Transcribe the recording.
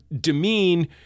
demean